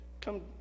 come